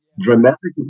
dramatically